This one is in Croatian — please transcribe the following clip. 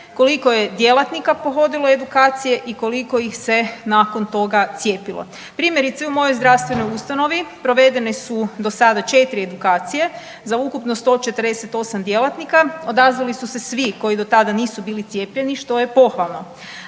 koliko je djelatnika pohodilo edukacije i koliko ih se nakon toga cijepilo? Primjerice, u mojoj zdravstvenoj ustanovi provedene su do sada 4 edukacije za ukupno 148 djelatnika, odazvali su se svi koji do tada nisu bili cijepljeni, što je pohvalno,